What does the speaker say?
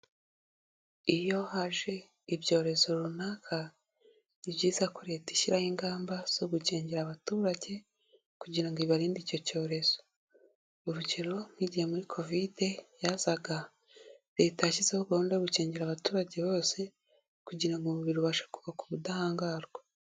Iyo haje ibyorezo runaka, ni byiza ko Leta ishyiraho ingamba zo gukingira abaturage kugira ngo ibarinde icyo cyorezo. Urugero nk'igihe muri kovide yazaga Leta yashyizeho gahunda yo gukingira abaturage bose kugira ngo umubiri ubashe kubaka ubudahangarwa.